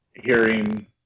hearing